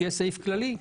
שיהיה סעיף כללי.